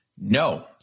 No